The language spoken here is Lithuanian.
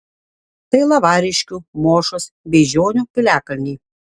tai lavariškių mošos beižionių piliakalniai